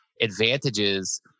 advantages